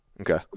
Okay